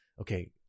okay